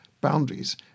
boundaries